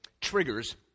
triggers